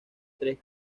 tres